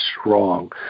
strong